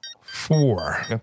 four